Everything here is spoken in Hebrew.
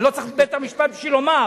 אני לא צריך את בית-המשפט בשביל לומר.